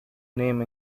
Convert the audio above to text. name